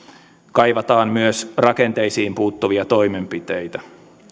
kaivataan myös rakenteisiin puuttuvia toimenpiteitä